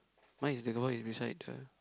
mine is the boy is beside the